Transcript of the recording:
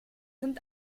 sind